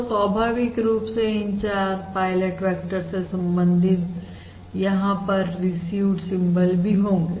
तो स्वाभाविक रूप से इन 4 पायलट वेक्टर से संबंधित यहां पर रिसीवड सिंबल भी होंगे